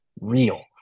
real